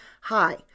Hi